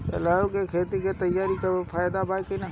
Plough से खेत तैयारी के का फायदा बा?